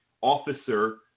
officer